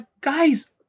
Guys